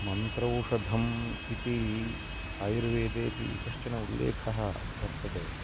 मन्त्रौषधम् इति आयुर्वेदेपि कश्चन उल्लेखः वर्तते